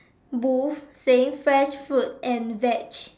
booth saying fresh fruit and veg